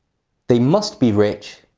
they must be rich.